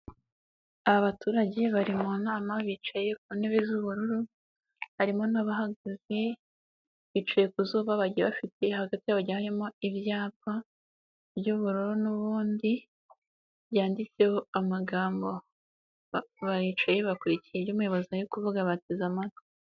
Aba baturage bari mu nama bicaye ku ntebe z'ubururu, harimo n'abahagaze bicaye ku zuba bagiye bafite hagati yabo hagiye harimo ibyapa by'ubururu n'ubundi byanditseho amagambo, baricaye bakurikiye ibyo umuyobozi ari kuvuga bateze amatwi.